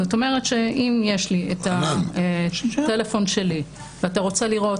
זאת אומרת שאם יש לי את הטלפון שלי ואתה רוצה לראות